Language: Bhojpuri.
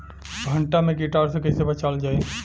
भनटा मे कीटाणु से कईसे बचावल जाई?